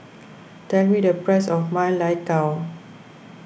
tell me the price of Ma Lai Gao